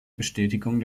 bestätigung